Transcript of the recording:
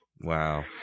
Wow